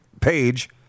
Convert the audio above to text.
page